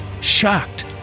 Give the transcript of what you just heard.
shocked